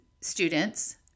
students